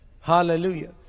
Hallelujah